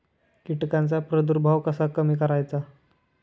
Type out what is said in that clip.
कीटकांचा प्रादुर्भाव कसा कमी करायचा?